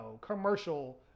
commercial